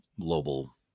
global